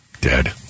dead